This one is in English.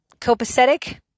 copacetic